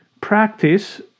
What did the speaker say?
practice